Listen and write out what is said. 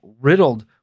riddled